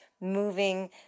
moving